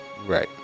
Right